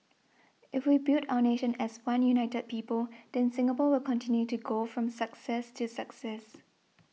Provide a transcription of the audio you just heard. if we build our nation as one united people then Singapore will continue to go from success to success